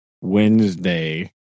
Wednesday